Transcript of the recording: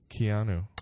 Keanu